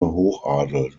hochadel